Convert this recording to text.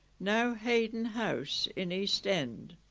now heyden house in east end